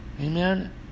Amen